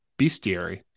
bestiary